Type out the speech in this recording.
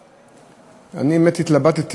התלבטתי,